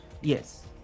yes